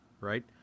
Right